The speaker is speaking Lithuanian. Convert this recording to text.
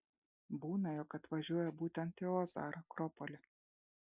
būna jog atvažiuoja būtent į ozą ar akropolį